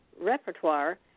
Repertoire